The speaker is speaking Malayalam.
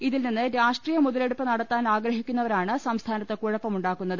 ഇതിൽ നിന്ന് രാഷ്ട്രീയ മുതലെടുപ്പ് നടത്താൻ ആഗ്രഹിക്കുന്നവ രാണ് സംസ്ഥാനത്ത് കുഴപ്പമുണ്ടാക്കുന്നത്